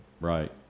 Right